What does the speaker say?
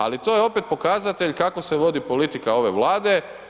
Ali, to je opet pokazatelj kako se vodi politika ove Vlade.